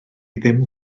ddim